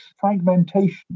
fragmentation